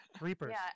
Reapers